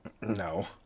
No